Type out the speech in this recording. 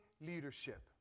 leadership